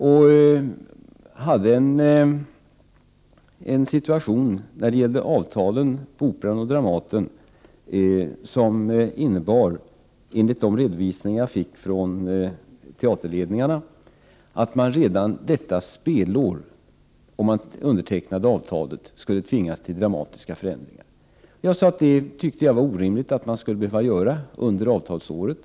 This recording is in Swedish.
Enligt de redovisningar jag fick från ledarna för Operan och Dramaten skulle de nya avtalen redan under detta spelår framtvinga dramatiska förändringar. Jag tyckte att det var orimligt under avtalsåret.